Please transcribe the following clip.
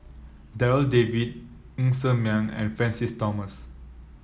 Darryl David Ng Ser Miang and Francis Thomas